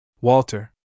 Walter